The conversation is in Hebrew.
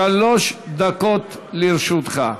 שלוש דקות לרשותך.